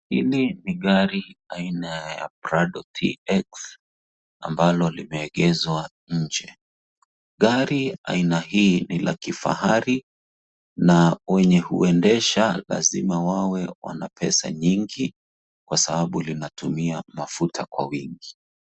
Hili ni gari aina ya prado TX ambalo limeegezwa nje. Gari aina hii ni la kifahari na wenye huendesha lazima wawe wana pesa nyingi kwa sababu linatumia mafuta kwa wingi.